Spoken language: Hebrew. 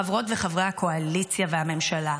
חברות וחברי הקואליציה והממשלה,